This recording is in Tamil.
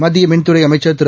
மத்திய மின்துறை அமைச்சர் திரு